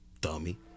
Dummy